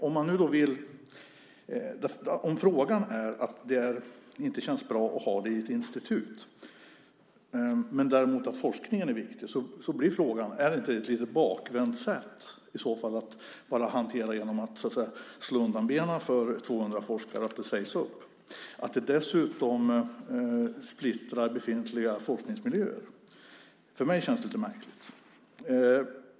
Om frågan är att det inte känns bra att ha det i ett institut, men att forskningen är viktig blir frågan: Är det inte i så fall bakvänt att hantera det så att man slår undan benen för 200 forskare och att de sägs upp? Dessutom splittrar det befintliga forskningsmiljöer. För mig känns det lite märkligt.